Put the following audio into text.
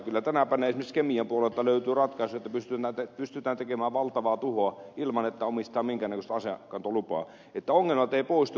kyllä tänä päivänä esimerkiksi kemian puolelta löytyy ratkaisuja että pystytään tekemään valtavaa tuhoa ilman että omistaa minkään näköistä aseenkantolupaa eivätkä ongelmat poistu